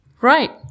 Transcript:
Right